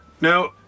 Now